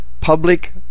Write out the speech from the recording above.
public